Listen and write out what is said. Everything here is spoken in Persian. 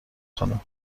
خانم